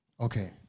Okay